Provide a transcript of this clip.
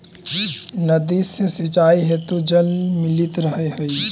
नदी से सिंचाई हेतु जल मिलित रहऽ हइ